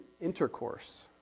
intercourse